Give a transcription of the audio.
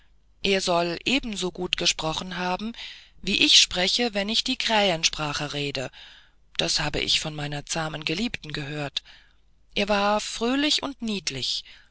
er soll ebenso gut gesprochen haben wie ich spreche wenn ich die krähensprache rede das habe ich von meiner zahmen geliebten gehört er war fröhlich und niedlich